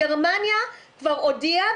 גרמניה כבר הודיעה,